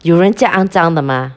有人这样肮脏的吗